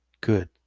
good